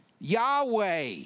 Yahweh